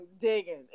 digging